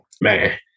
man